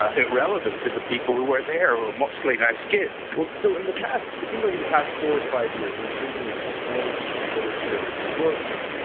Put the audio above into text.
ah irrelevant to the people who are there mostly nice kid so, in the past, it seems like in the past four, five years, it's been an explosion of literature, there is books,